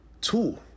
tool